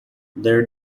their